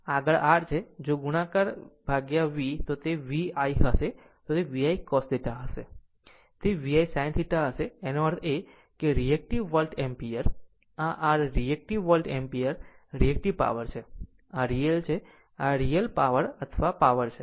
આગળ r છે જો ગુણાકાર V તે VI હશે તો તે VI cos θ હશે તે VI sin θ હશે એનો અર્થ એ કે રિએક્ટિવ વોલ્ટ એમ્પીયર આ r reactive volt ampere reactive power છે આ રીયલ છે આ રીયલ પાવર અથવા પાવર છે